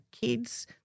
kids